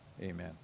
Amen